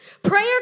prayer